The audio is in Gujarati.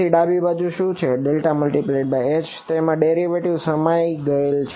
તેથી ડાબી બાજુ શું છે